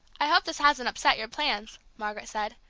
i hope this hasn't upset your plans, margaret said,